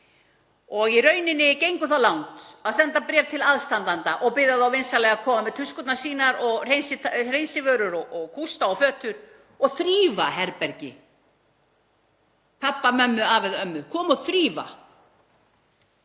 og í rauninni gengu það langt að senda bréf til aðstandenda og biðja þá vinsamlega að koma með tuskurnar sínar og hreinsivörur og kústa og fötur og þrífa herbergi pabba, mömmu, afa eða ömmu, koma og þrífa.